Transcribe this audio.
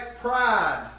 pride